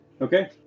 Okay